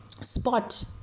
spot